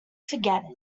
forget